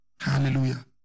Hallelujah